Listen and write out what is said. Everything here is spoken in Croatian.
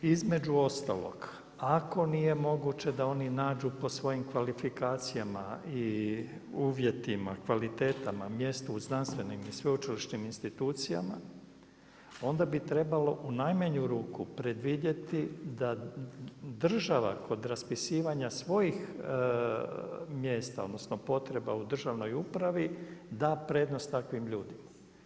Između ostalog, ako nije moguće da oni nađu po svojim kvalifikacijama i uvjetima, kvalitetama mjesto u znanstvenim i sveučilišnim institucijama onda bi trebalo u najmanju ruku predvidjeti da država kod raspisivanja svojih mjesta, odnosno potreba u državnoj upravi da prednost takvim ljudima.